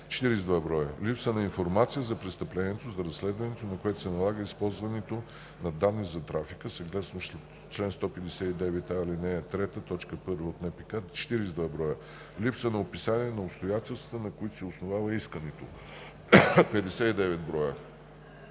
42 броя; 2. Липса на информация за престъплението, за разследването на което се налага използването на данни за трафика съгласно чл. 159а, ал. 3, т. 1 от НПК – 42 броя; 3. Липса на описание на обстоятелствата, на които се основава искането, съгласно